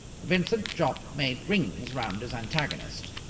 vincent jopp made rings round his antagonist.